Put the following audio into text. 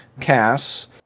Cass